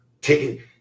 taking